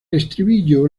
estribillo